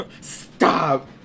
Stop